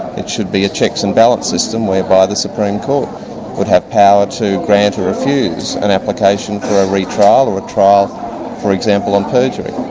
it should be a checks and balance system whereby the supreme court would have power to grant or refuse an application for a re-trial or a trial for example on perjury.